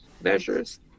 measures